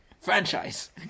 franchise